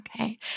Okay